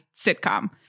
sitcom